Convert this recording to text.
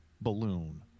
balloon